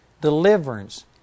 deliverance